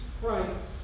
Christ